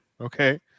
Okay